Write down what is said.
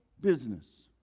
business